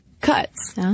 cuts